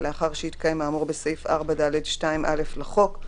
"לאחר שהתקיים האמור בסעיף 4(ד)(2)(א) לחוק".